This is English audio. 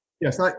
Yes